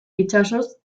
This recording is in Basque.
itsasoz